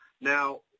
Now